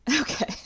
Okay